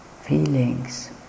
feelings